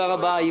מה